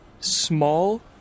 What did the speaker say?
small